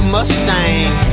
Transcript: Mustang